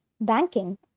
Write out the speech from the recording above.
banking